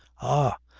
ah!